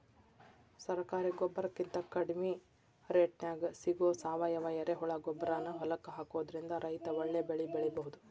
ಸರಕಾರಿ ಗೊಬ್ಬರಕಿಂತ ಕಡಿಮಿ ರೇಟ್ನ್ಯಾಗ್ ಸಿಗೋ ಸಾವಯುವ ಎರೆಹುಳಗೊಬ್ಬರಾನ ಹೊಲಕ್ಕ ಹಾಕೋದ್ರಿಂದ ರೈತ ಒಳ್ಳೆ ಬೆಳಿ ಬೆಳಿಬೊದು